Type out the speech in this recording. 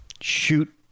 shoot